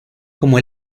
como